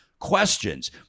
questions